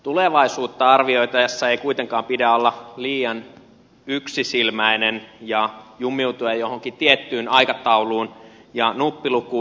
tulevaisuutta arvioitaessa ei kuitenkaan pidä olla liian yksisilmäinen ja jumiutua johonkin tiettyyn aikatauluun ja nuppilukuun